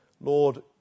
Lord